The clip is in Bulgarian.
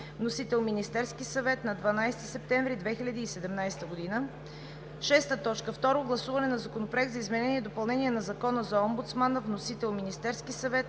Вносител – Министерският съвет, 12 септември 2017 г. 6. Второ гласуване на Законопроекта за изменение и допълнение на Закона за омбудсмана. Вносител – Министерският съвет,